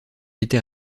était